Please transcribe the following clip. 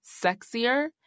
sexier